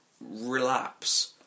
relapse